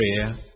prayer